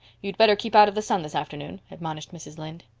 you'd better keep out of the sun this afternoon, admonished mrs. lynde.